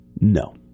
No